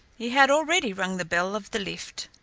he had already rung the bell of the lift.